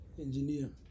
engineer